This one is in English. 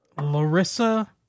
Larissa